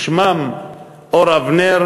"אור אבנר",